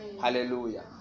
Hallelujah